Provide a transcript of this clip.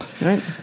Right